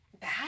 bad